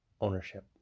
Ownership